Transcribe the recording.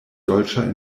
dolĉa